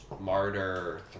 martyr